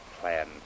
plan